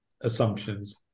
assumptions